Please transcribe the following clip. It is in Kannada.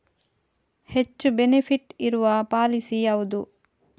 ಹೆಚ್ಚು ಬೆನಿಫಿಟ್ ಇರುವ ಪಾಲಿಸಿ ಯಾವುದು?